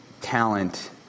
talent